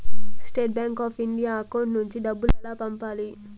State bank of India account నుంచి డబ్బులు ఎలా పంపాలి?